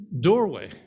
doorway